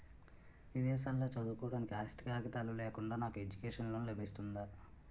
విదేశాలలో చదువుకోవడానికి ఆస్తి కాగితాలు లేకుండా నాకు ఎడ్యుకేషన్ లోన్ లబిస్తుందా?